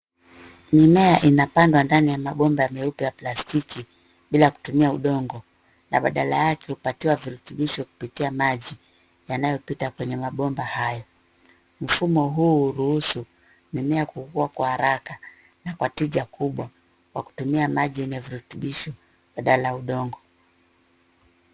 Mimea inapandwa ndani ya mabomba meupe ya plastiki bila kutumia udongo na badala yake hupatiwa virutubisho kupitia maji yanayo pita kwenye mabomba hayo. Mfumo huu hurusu mimea kukua kwa haraka na kwa tija kubwa kwa kutumia maji yenye virutubisho badala udongo.